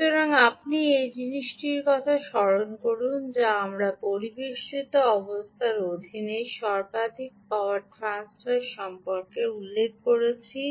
সুতরাং আপনি এই জিনিসটির কথা স্মরণ করুন যা আমরা পরিবেষ্টিত অবস্থার অধীনে সর্বাধিক পাওয়ার ট্রান্সফার সম্পর্কে উল্লেখ করেছি